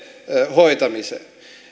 hoitamiseen